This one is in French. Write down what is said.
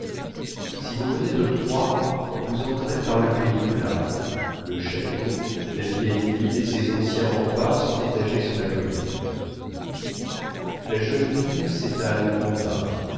si vous venez de troyes vous entrez par le pays plat le château la vieille ville et ses anciens remparts sont étagés sur la colline la jeune ville s'étale en bas